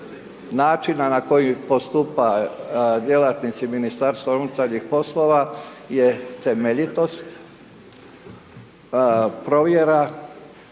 načina na koji postupa djelatnici Ministarstva unutarnjih poslova je temeljitost, provjera